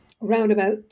roundabout